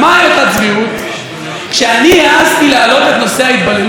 כשאני העזתי להעלות את נושא ההתבוללות אז סיפרתי